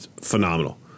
phenomenal